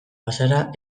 bazara